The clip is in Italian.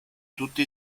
tutti